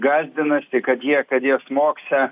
gąsdina kad jie kad jie smogsią